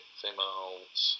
females